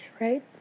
right